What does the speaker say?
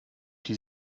die